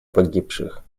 погибших